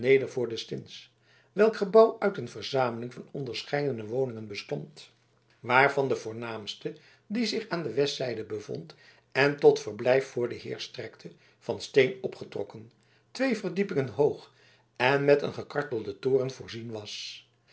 welk gebouw uit een verzameling van onderscheidene woningen bestond waarvan de voornaamste die zich aan de westzijde bevond en tot verblijf voor den heer strekte van steen opgetrokken twee verdiepingen hoog en met een gekartelden toren voorzien was